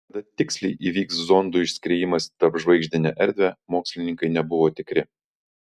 kada tiksliai įvyks zondų išskriejimas į tarpžvaigždinę erdvę mokslininkai nebuvo tikri